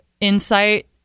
insight